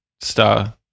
star